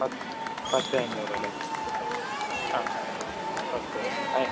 പത്തേ അഞ്ഞൂറ് അല്ലെ ആ പത്തേ അഞ്ഞൂറ്